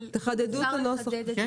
אבל אפשר לחדד את זה,